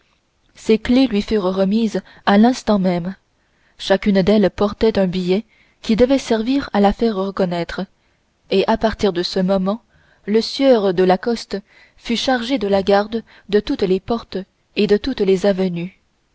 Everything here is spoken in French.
ces clefs lui furent remises à l'instant même chacune d'elles portait un billet qui devait servir à la faire reconnaître et à partir de ce moment le sieur de la coste fut chargé de la garde de toutes les portes et de toutes les avenues